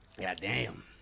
goddamn